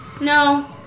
No